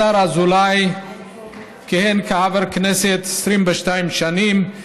השר אזולאי כיהן כחבר כנסת 22 שנים,